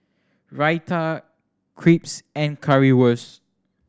Raita Crepes and Currywurst